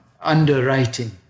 underwriting